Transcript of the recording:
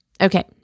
Okay